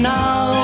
now